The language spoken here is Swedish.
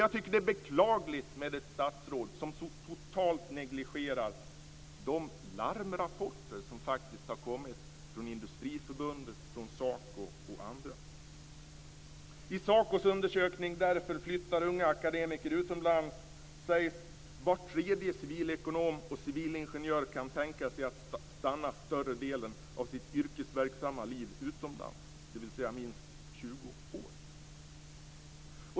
Jag tycker att det är beklagligt att ett statsråd så totalt negligerar de larmrapporter som faktiskt har kommit bl.a. från Industriförbundet och från SACO. I SACO:s undersökning Därför flyttar unga akademiker utomlands sägs att var tredje civilekonom och civilingenjör kan tänka sig att stanna större delen av sitt yrkesverksamma liv utomlands, dvs. i minst 20 år.